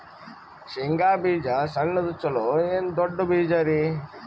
ಶೇಂಗಾ ಬೀಜ ಸಣ್ಣದು ಚಲೋ ಏನ್ ದೊಡ್ಡ ಬೀಜರಿ?